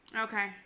Okay